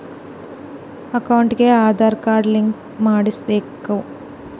ಅಕೌಂಟಿಗೆ Aadhaar card link ಮಾಡಿಸಬೇಕು?